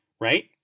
right